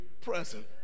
present